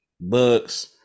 books